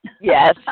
Yes